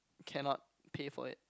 cannot pay for it